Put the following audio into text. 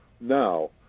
now